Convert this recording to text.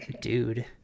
Dude